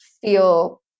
feel